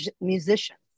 musicians